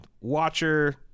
watcher